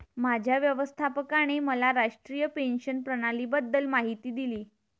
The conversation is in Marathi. माझ्या व्यवस्थापकाने मला राष्ट्रीय पेन्शन प्रणालीबद्दल माहिती दिली